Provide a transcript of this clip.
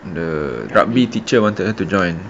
the rugby teacher wanted her to join